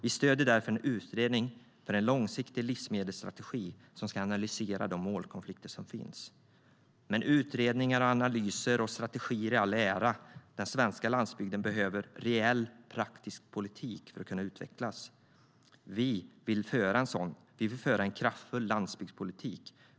Vi stöder därför en utredning för en långsiktig livsmedelsstrategi som ska analysera de målkonflikter som finns. Men utredningar, analyser och strategier i all ära, den svenska landsbygden behöver reell, praktisk politik för att kunna utvecklas. Vi vill föra en sådan, en kraftfull landsbygdspolitik.